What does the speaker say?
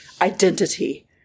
identity